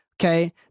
okay